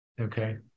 Okay